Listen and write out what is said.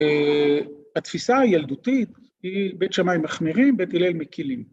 התפיסה הילדותית היא, בית שמאי מחמירים, בית הלל מקילים.